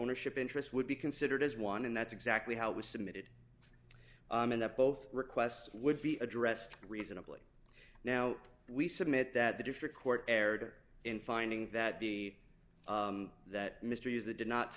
ownership interest would be considered as one and that's exactly how it was submitted and that both requests would be addressed reasonably now we submit that the district court erred in finding that the that mr hughes that did not